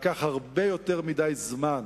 לקח הרבה יותר מדי זמן